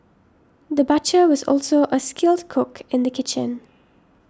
the butcher was also a skilled cook in the kitchen